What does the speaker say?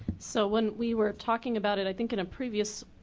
so when we were talking about it, i think in a previous